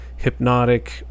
hypnotic